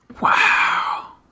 Wow